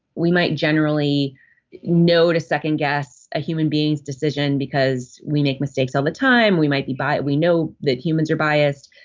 we might generally know to second guess a human being's decision because we make mistakes all the time. we might be by. we know that humans are biased,